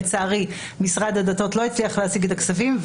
לצערי, משרד הדתות לא הצליח להשיג את הכספים.